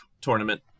tournament